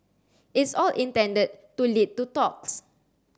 it's all intended to lead to talks